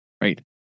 Right